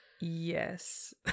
Yes